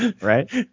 Right